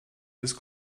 des